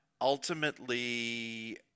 ultimately